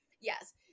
yes